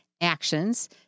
actions